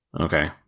Okay